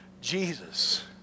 Jesus